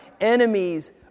enemies